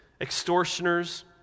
Extortioners